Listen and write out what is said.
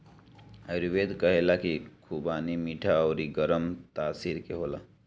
आयुर्वेद कहेला की खुबानी मीठा अउरी गरम तासीर के होला